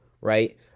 right